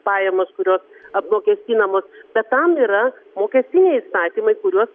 pajamas kurios apmokestinamos bet tam yra mokestiniai įstatymai kuriuos